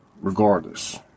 Regardless